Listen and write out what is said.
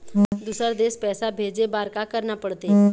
दुसर देश पैसा भेजे बार का करना पड़ते?